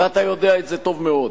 ואתה יודע את זה טוב מאוד.